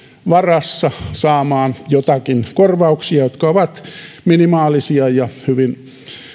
varassa saamaan joitakin korvauksia jotka ovat minimaalisia ja hyvin